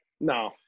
No